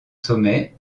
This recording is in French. sommets